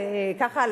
ככה,